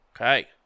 Okay